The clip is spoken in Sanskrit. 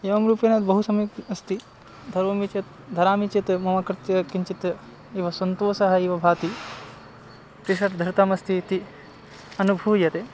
एवं रूपेण बहु सम्यक् अस्ति धरामि चेत् धरामि चेत् मम कृते किञ्चित् एव सन्तोषः इव भाति टिषर्ट धृतमस्ति इति अनुभूयते